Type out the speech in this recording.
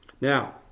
Now